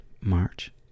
March